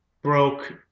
Broke